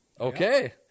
Okay